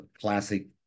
classic